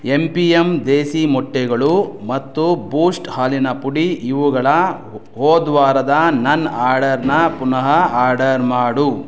M P M desi ಮೊಟ್ಟೆಗಳು ಮತ್ತು Boost ಹಾಲಿನ ಪುಡಿ ಇವುಗಳ ಹೋದ್ವಾರದ ನನ್ನ ಆರ್ಡರನ್ನ ಪುನಃ ಆರ್ಡರ್ ಮಾಡು